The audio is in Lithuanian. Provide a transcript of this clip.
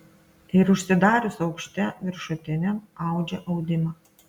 ir užsidarius aukšte viršutiniam audžia audimą